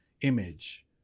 image